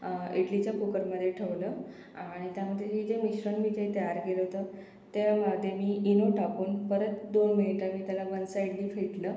इडलीच्या कुकरमध्ये ठेवलं आणि त्यामध्ये मी जे मिश्रण मी जे तयार केलं होतं त्यामध्ये मी इनो टाकून परत दोन मिंट मी त्याला वनसाईडनी फेटलं